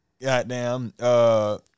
goddamn